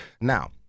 Now